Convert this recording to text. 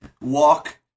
walk